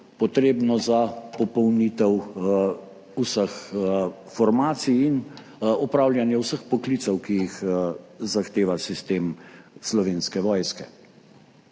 potrebno za popolnitev vseh formacij in opravljanje vseh poklicev, ki jih zahteva sistem Slovenske vojske.